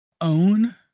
own